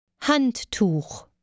Handtuch